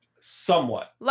somewhat